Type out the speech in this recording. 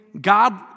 God